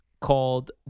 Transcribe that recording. called